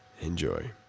Enjoy